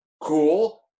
Cool